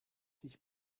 sich